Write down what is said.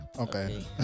Okay